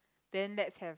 then let's have